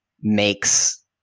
makes